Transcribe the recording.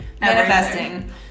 manifesting